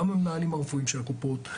גם המנהלים הרפואיים של הקופות,